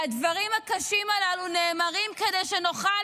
הדברים הקשים הללו נאמרים כדי שנוכל